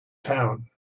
town